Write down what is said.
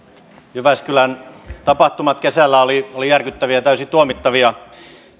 jyväskylän tapahtumat kesällä olivat järkyttäviä ja täysin tuomittavia